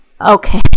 Okay